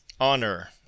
Honor